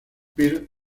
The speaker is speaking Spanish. pearl